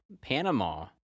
Panama